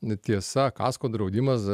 n tiesa kasko draudimaz